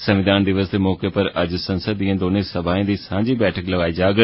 संविधान दिवस दे मौके पर अज्ज संसद दियें दौनें सभायें दी इक सांझी बैठक लूआई जाग